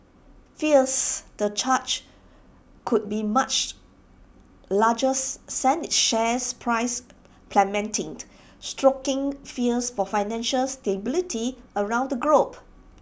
fears the charge could be much larger sent its share price plummeting stoking fears for financial stability around the globe